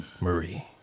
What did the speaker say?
Marie